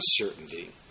uncertainty